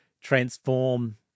transform